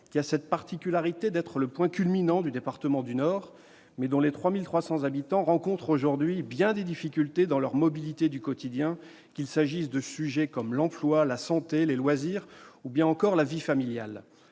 a la particularité d'être le point culminant du département du Nord, ses 3 300 habitants rencontrent aujourd'hui bien des difficultés dans leurs mobilités du quotidien, qu'il s'agisse de l'emploi, de la santé, des loisirs ou encore de la vie familiale.